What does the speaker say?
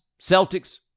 celtics